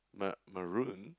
ma~ maroon